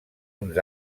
uns